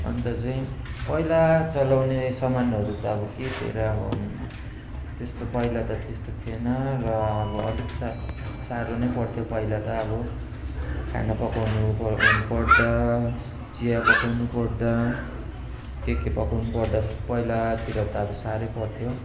अन्त चाहिँ पहिला चलाउने सामानहरू त अब के थियो र अब त्यस्तो पहिला त त्यस्तो थिएन र अब अलिक सा साह्रो नै पर्थ्यो पहिला त अब खाना पकाउनु प पर्दा चिया पकाउनुपर्दा के के पकाउनुपर्दा पहिलातिर त अब साह्रै पर्थ्यो